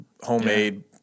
homemade